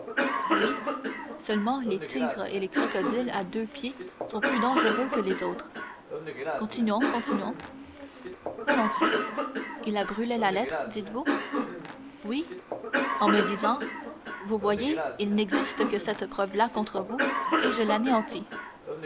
oui seulement les tigres et les crocodiles à deux pieds sont plus dangereux que les autres continuons continuons volontiers il a brûlé la lettre dites-vous oui en me disant vous voyez il n'existe que cette preuve là contre vous et je l'anéantis